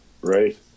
Right